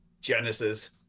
Genesis